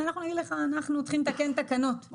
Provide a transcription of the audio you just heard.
ואנחנו נגיד לך: אנחנו צריכים לתקן תקנות לטובת העניין.